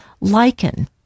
Lichen